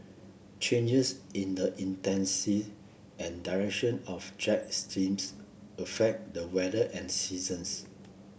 changes in the intensive and direction of jet steams affect the weather and seasons